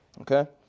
Okay